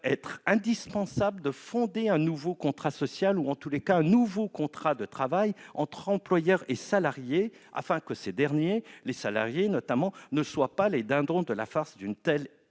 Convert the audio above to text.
sera indispensable de fonder un nouveau contrat social ou, en tout cas, un nouveau contrat de travail entre employeurs et salariés, afin que ces derniers ne soient pas les dindons de la farce d'une telle